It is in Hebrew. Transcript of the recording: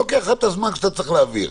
לוקח לך הזמן שאתה צריך להעביר.